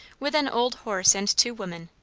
with an old horse and two women,